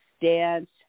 dance